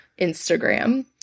Instagram